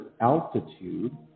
altitude